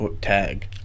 tag